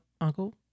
uncle